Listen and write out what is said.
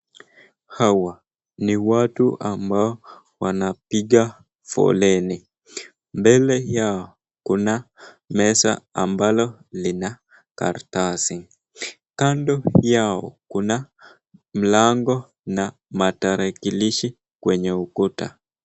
Hawa ni watu ambao wanapiga foleni. Mbele yao kuna meza ambalo lina karatasi. Kando yao kuna mlango na matarakilishi kwenye ukuta.